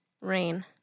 rain